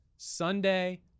Sunday